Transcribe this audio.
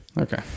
Okay